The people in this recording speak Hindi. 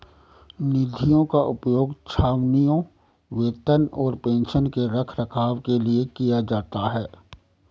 निधियों का उपयोग छावनियों, वेतन और पेंशन के रखरखाव के लिए किया जाता है